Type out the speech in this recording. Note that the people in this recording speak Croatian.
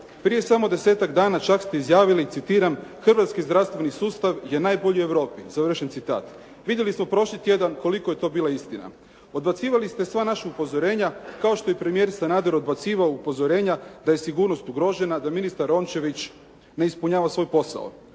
Prije samo desetak dana čak ste izjavili, citiram: "Hrvatski zdravstveni sustav je najbolji u Europi." Vidjeli smo prošli tjedan koliko je to bila istina. Odbacivali ste sva naša upozorenja kao što je i premijer Sanader odbacivao upozorenja da je sigurnost ugrožena, da ministar Rončević ne ispunjava svoj posao.